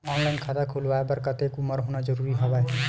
Online खाता खुलवाय बर कतेक उमर होना जरूरी हवय?